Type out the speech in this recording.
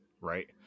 right